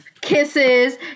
kisses